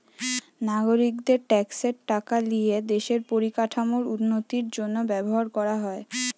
নাগরিকদের ট্যাক্সের টাকা লিয়ে দেশের পরিকাঠামোর উন্নতির জন্য ব্যবহার করা হয়